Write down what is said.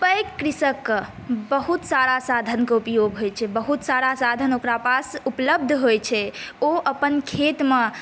पैघ कृषकके बहुत सारा साधनके उपयोग होइ छै बहुत सारा साधन ओकरा पास उपलब्ध होइ छै ओ अपन खेतमे